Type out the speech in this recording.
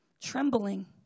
trembling